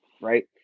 right